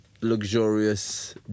luxurious